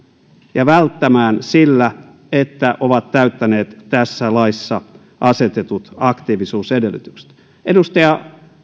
ja välttämään sillä että he ovat täyttäneet tässä laissa asetetut aktiivisuusedellytykset edustaja